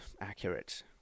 accurate